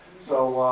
so,